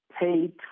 paid